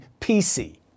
PC